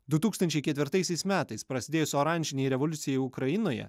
du tūkstančiai ketvirtaisiais metais prasidėjus oranžinei revoliucijai ukrainoje